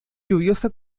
lluviosa